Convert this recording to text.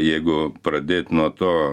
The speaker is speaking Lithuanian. jeigu pradėti nuo to